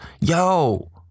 yo